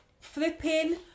flipping